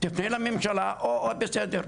תפנה לממשלה, בסדר,